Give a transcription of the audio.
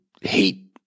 hate